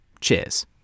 Cheers